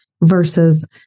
versus